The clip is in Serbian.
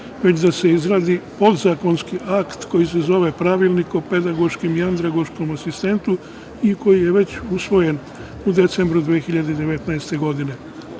već da se izradi podzakonski akt, koji se zove – Pravilnik o pedagoškom i andragoškom asistentu i koji je već usvojen u decembru 2019. godine. Problem